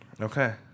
Okay